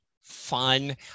fun